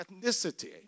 ethnicity